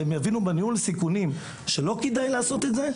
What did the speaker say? והם יבינו בניהול סיכונים שלא כדאי לעשות את זה,